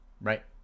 right